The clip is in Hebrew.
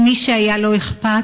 אל מי שהיה לו אכפת